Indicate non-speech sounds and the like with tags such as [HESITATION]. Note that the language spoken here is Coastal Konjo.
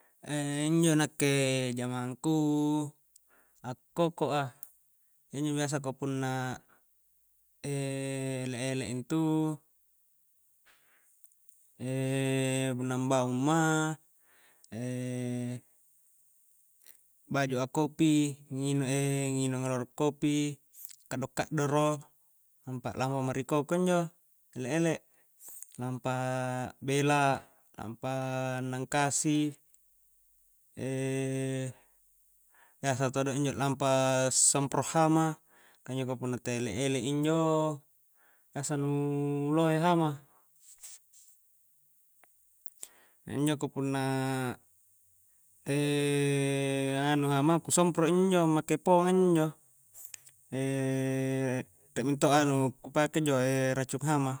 [HESITATION] injo nakke jamangku, a'koko a iya injo biasa ka punna [HESITATION] ele-ele intu [HESITATION] punna ambaung ma [HESITATION] a'baju a kopi [HESITATION] nginung a rolo kopi kaddo'-kaddoro nampa lampa ma ri koko injo ele-ele, lampa akbela, lampa nangkasi, [HESITATION] biasa todo injo lampa a sempro hama, ka injo ka punna ta ele-ele injo biasa nu lohe hama e injo ka punna [HESITATION] angnganu hama ku sempro' injo-njo make pong a injo-njo [HESITATION] rie mentok anu ku pke injo [HESITATION] racun hama